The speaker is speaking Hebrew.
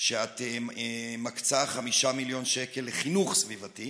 שאת מקצה 5 מיליון שקל לחינוך סביבתי.